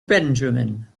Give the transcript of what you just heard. benjamin